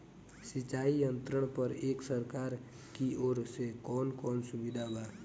सिंचाई यंत्रन पर एक सरकार की ओर से कवन कवन सुविधा बा?